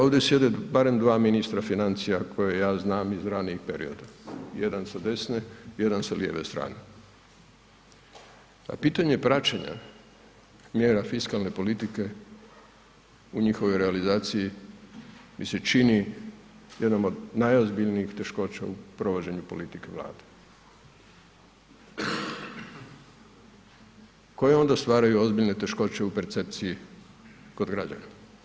Ovdje sjede barem dva ministra financija koja ja znam iz ranijih perioda, jedan s desne, jedan s lijeve strane, a pitanje praćenja mjera fiskalne politike u njihovoj realizaciji mi se čini jednom od najozbiljnijih poteškoća u provedbi politike Vlade koje onda stvaraju ozbiljne teškoće u percepciji kod građana.